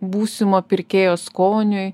būsimo pirkėjo skoniui